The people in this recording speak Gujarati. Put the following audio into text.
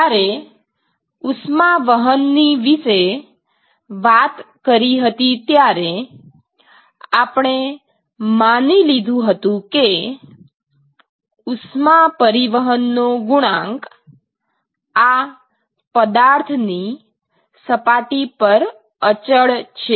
જ્યારે ઉષ્માવહન ના વિશે વાત કરી હતી ત્યારે આપણે માની લીધું હતું કે ઉષ્મા પરિવહનનો ગુણાંક આ પદાર્થ ની સપાટી પર અચળ છે